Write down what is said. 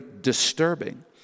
disturbing